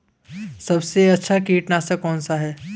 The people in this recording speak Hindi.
सबसे अच्छा कीटनाशक कौनसा है?